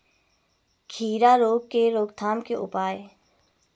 खीरा रोग के रोकथाम के उपाय?